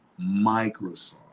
Microsoft